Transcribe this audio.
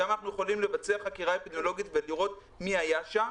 לבצע חקירה אפידמיולוגית ולראות מי היה שם.